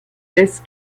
des